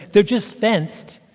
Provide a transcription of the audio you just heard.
they're just fenced-off,